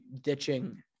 ditching